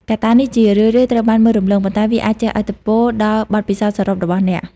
កត្តានេះជារឿយៗត្រូវបានមើលរំលង ប៉ុន្តែវាអាចជះឥទ្ធិពលដល់បទពិសោធន៍សរុបរបស់អ្នក។